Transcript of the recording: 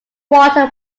water